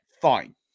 fine